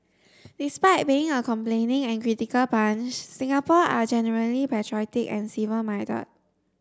despite being a complaining and critical bunch Singapore are generally patriotic and civic minded